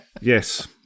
Yes